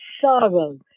sorrow